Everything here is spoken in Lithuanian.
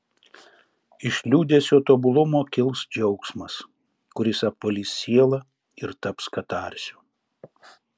iš liūdesio tobulumo kils džiaugsmas kuris apvalys sielą ir taps katarsiu